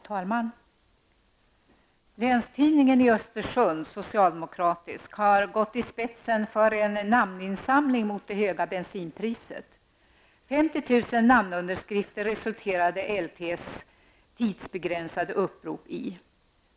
Herr talman! Länstidningen i Östersund, socialdemokratisk, har i gått i spetsen för en namninsamling mot det höga bensinpriset. 50 000 namnunderskrifter resulterade LTs tidsbegränsade upprop i.